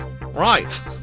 Right